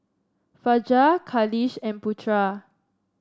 Fajar Khalish and Putra